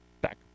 back